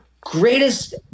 greatest